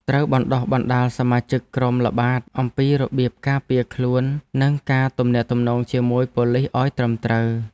ត្រូវបណ្តុះបណ្តាលសមាជិកក្រុមល្បាតអំពីរបៀបការពារខ្លួននិងការទំនាក់ទំនងជាមួយប៉ូលីសឱ្យត្រឹមត្រូវ។